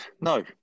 no